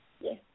Yes